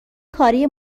کاری